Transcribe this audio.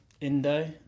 Indo